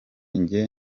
jye